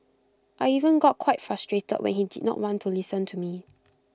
I even got quite frustrated when he did not want to listen to me